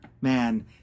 Man